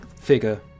figure